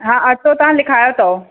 हा अचो तव्हां लिखायां थो